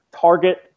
target